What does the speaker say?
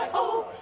oh